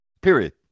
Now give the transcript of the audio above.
Period